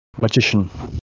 magician